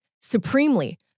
supremely